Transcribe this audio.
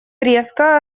резко